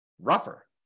rougher